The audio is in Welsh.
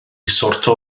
sortio